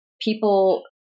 people